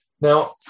Now